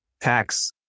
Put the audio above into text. tax